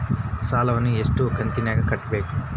ಸಾಲವನ್ನ ಎಷ್ಟು ಕಂತಿನಾಗ ಕಟ್ಟಬೇಕು?